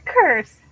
curse